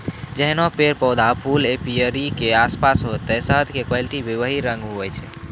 जैहनो पेड़, पौधा, फूल एपीयरी के आसपास होतै शहद के क्वालिटी भी वही रंग होय छै